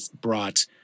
brought